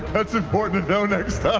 that's important to know next time.